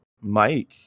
Mike